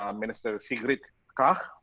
um minister sigrid kaag